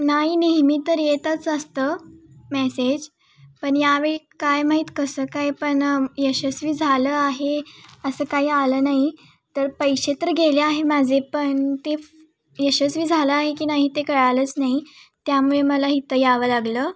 नाही नेहमी तर येतच असतं मेसेज पण यावेळी काय माहीत कसं काय पण यशस्वी झालं आहे असं काही आलं नाही तर पैसे तर गेले आहे माझे पण ते यशस्वी झालं आहे की नाही ते कळालंच नाही त्यामुळे मला इथं यावं लागलं